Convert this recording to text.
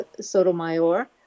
Sotomayor